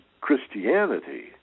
Christianity